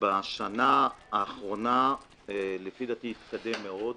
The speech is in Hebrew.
בשנה האחרונה לפי דעתי העניין התקדם מאוד.